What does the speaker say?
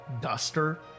duster